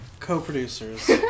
Co-producers